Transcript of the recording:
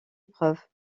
épreuve